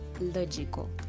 logical